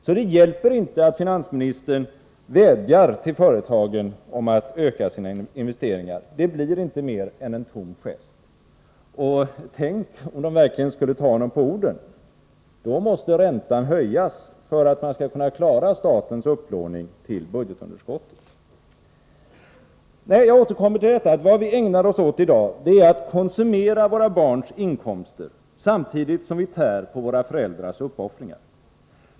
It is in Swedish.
Så det hjälper inte att finansministern vädjar till företagen att de skall öka sina investeringar. Det blir inte mer än en tom gest. Och tänk om de verkligen skulle ta finansministern på orden — då måste räntan höjas för att man skall kunna klara statens upplåning till budgetunderskottet. Nej, jag återkommer till detta, att vad vi ägnar oss åt i dag är att konsumera våra barns inkomster, samtidigt som vi tär på våra föräldrars uppoffringar.